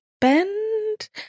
Bend